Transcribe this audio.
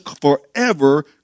forever